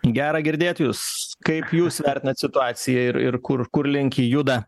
gera girdėt jus kaip jūs vertinat situaciją ir ir kur kur link juda